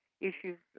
issues